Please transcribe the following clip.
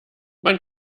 man